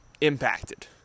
impacted